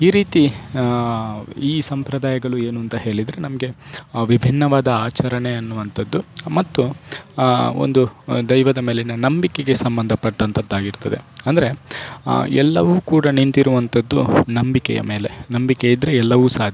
ಈ ರೀತಿ ಈ ಸಂಪ್ರದಾಯಗಳು ಏನು ಅಂತ ಹೇಳಿದ್ರೆ ನಮಗೆ ವಿಭಿನ್ನವಾದ ಆಚರಣೆ ಅನ್ನುವಂತದ್ದು ಮತ್ತು ಒಂದು ದೈವದ ಮೇಲಿನ ನಂಬಿಕೆಗೆ ಸಂಬಂಧಪಟ್ಟಂತದ್ದಾಗಿರ್ತದೆ ಅಂದರೆ ಎಲ್ಲವು ಕೂಡ ನಿಂತಿರುವಂತದ್ದು ನಂಬಿಕೆಯ ಮೇಲೆ ನಂಬಿಕೆ ಇದ್ದರೆ ಎಲ್ಲವೂ ಸಾಧ್ಯ